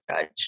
judge